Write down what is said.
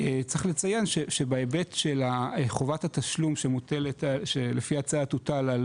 צריך לציין שבהיבט של חובת התשלום שלפי ההצעת תוטל על